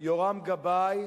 יורם גבאי,